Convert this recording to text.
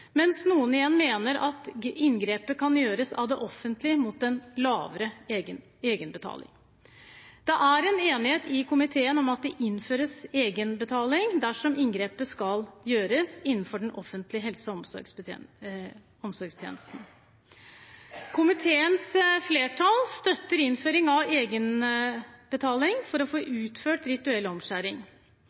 mens andre igjen mener at inngrepet kan gjøres av det offentlige, mot en lavere egenbetaling. Det er enighet i komiteen om at det innføres egenbetaling dersom inngrepet skal gjøres innenfor den offentlige helse- og omsorgstjenesten. Komiteens flertall støtter innføring av egenbetaling for å få utført rituell omskjæring.